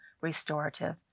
restorative